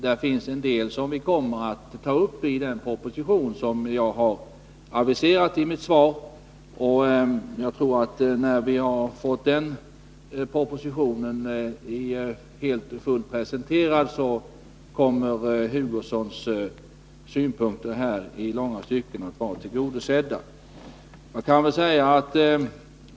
Det finns en del punkter som vi kommer att ta uppi den proposition som jag aviserat i mitt svar. Jag tror att när den propositionen har presenterats så kommer Kurt Hugosson att finna att hans punkter i långa stycken är tillgodosedda.